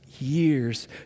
years